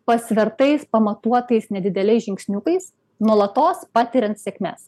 pasvertais pamatuotais nedideliais žingsniukais nuolatos patiriant sėkmes